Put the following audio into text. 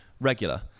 regular